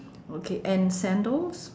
okay and sandals